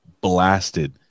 blasted